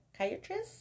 Psychiatrist